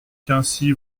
quincy